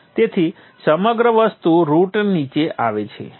તેથી સમગ્ર વસ્તુ રૂટ નીચે છે